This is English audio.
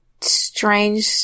strange